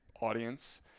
audience